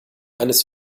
eines